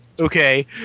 Okay